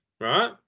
Right